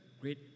great